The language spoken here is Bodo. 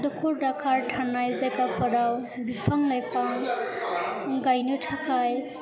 दखर दाखार थानाय जायगाफोराव बिफां लाइफां गायनो थाखाय